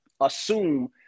assume